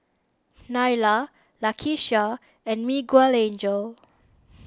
Nyla Lakisha and Miguelangel